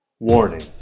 Warning